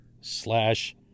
slash